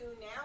now